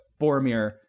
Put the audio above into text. Boromir